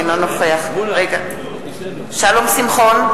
אינו נוכח שלום שמחון,